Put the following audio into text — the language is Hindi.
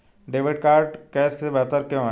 डेबिट कार्ड कैश से बेहतर क्यों है?